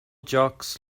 jocks